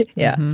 yeah.